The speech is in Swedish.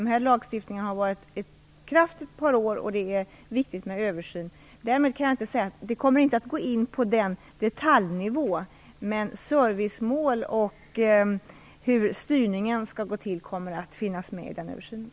Denna lagstiftning har varit i kraft ett par år, och det är viktigt med en översyn av den. Denna översyn kommer dock inte att gå in på den nu aktuella detaljnivån, men servicemål och hur styrningen skall gå till kommer att finnas med i den översynen.